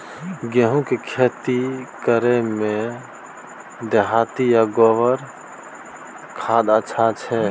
गेहूं के खेती करे में देहाती आ गोबर के खाद अच्छा छी?